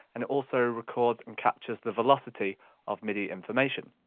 and it also records and captures the velocity of midi information.